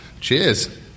Cheers